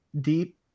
deep